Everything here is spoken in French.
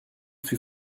fût